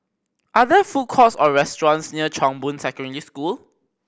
are there food courts or restaurants near Chong Boon Secondary School